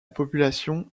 population